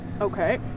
Okay